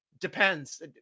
Depends